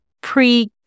pre